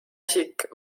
isik